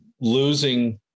losing